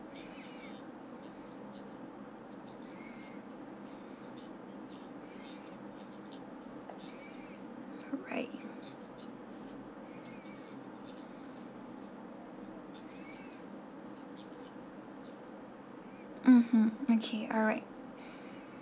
right mmhmm okay alright